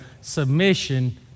submission